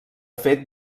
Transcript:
fet